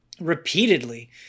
repeatedly